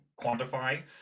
quantify